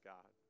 God